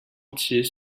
entier